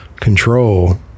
Control